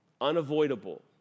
unavoidable